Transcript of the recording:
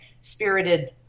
spirited